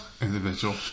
Individual